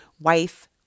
Wife